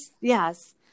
yes